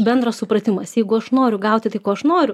bendras supratimas jeigu aš noriu gauti tai ko aš noriu